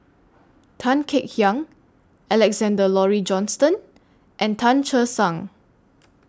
Tan Kek Hiang Alexander Laurie Johnston and Tan Che Sang